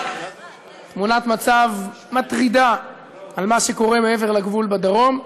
תמונת מצב מטרידה על מה שקורה מעבר לגבול בדרום.